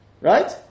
Right